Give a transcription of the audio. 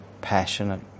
passionate